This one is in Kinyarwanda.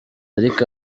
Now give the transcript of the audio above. ariko